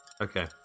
Okay